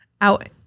out